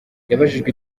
yabajijwe